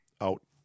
out